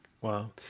Wow